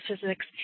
physics